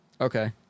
Okay